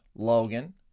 Logan